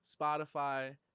spotify